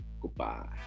Goodbye